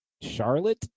Charlotte